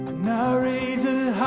now raises